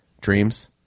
dreams